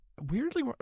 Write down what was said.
weirdly